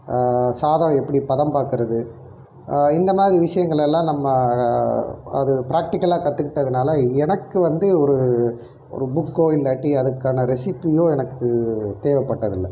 சாதம் எப்படி பதம் பார்க்கறது இந்த மாதிரி விஷயங்களெல்லாம் நம்ம அது ப்ராக்டிக்கலாக கத்துக்கிட்டதுனால் எனக்கு வந்து ஒரு ஒரு புக்கோ இல்லாட்டி அதுக்கான ரெசிப்பியோ எனக்கு தேவைப்பட்டதில்ல